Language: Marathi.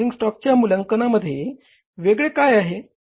क्लोजिंग स्टॉकच्या मूल्यांकनामध्ये वेगळे काय आहे